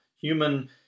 human